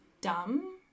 dumb